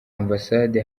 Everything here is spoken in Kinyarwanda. ambasade